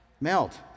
Melt